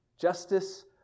Justice